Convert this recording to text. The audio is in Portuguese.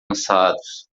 lançados